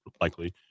likely